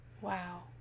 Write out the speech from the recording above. Wow